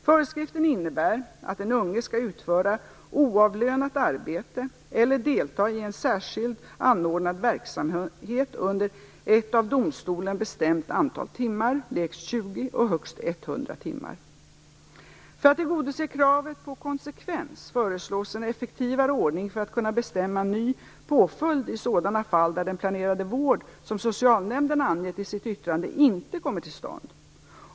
Föreskriften innebär att den unge skall utföra oavlönat arbete eller delta i en särskilt anordnad verksamhet under ett av domstolen bestämt antal timmar, lägst 20 och högst 100 timmar. För att tillgodose kravet på konsekvens föreslås en effektivare ordning för att kunna bestämma ny påföljd i sådana fall där den planerade vård som socialnämnden angett i sitt yttrande inte kommer till stånd.